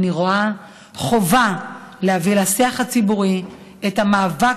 אני רואה חובה להביא לשיח הציבורי את המאבק